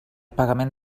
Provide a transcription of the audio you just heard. pagament